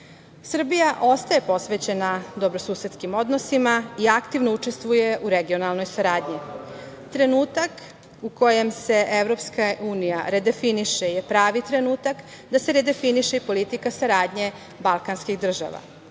61%.Srbija ostaje posvećena dobrosusedskim odnosima i aktivno učestvuje u regionalnoj saradnji. Trenutak u kojem se EU redefiniše je pravi trenutak da se redefiniše i politika saradnje balkanskih država.